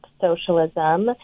Socialism